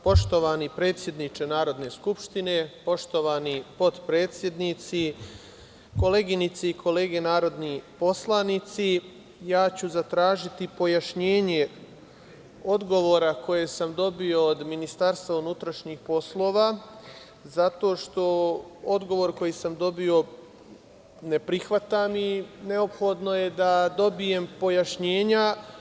Poštovani predsedniče Narodne skupštine, poštovani potpredsednici, koleginice i kolege narodni poslanici, ja ću zatražiti pojašnjenje odgovora koje sam dobio od MUP, zato što odgovor koji sam dobio ne prihvatam i neophodno je da dobijem pojašnjenja.